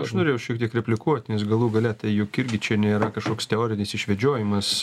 aš norėjau šiek tiek replikuoti nes galų gale tai juk irgi čia nėra kažkoks teorinis išvedžiojimas